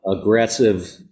aggressive